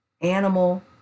animal